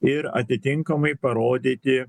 ir atitinkamai parodyti